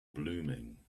blooming